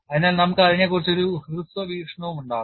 അതിനാൽ നമുക്ക് അതിനെക്കുറിച്ച് ഒരു ഹ്രസ്വ വീക്ഷണവും ഉണ്ടാകും